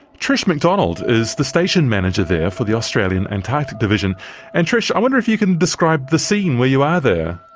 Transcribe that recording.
trish macdonald is the station manager there for the australian antarctic division and trish i wonder if you can describe the scene where you are there?